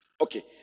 Okay